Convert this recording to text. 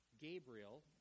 Gabriel